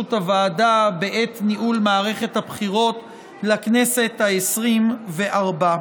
הוועדה בעת ניהול מערכת הבחירות לכנסת העשרים-וארבע.